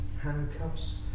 handcuffs